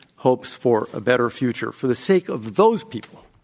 hopes for a better future for the sake of those people,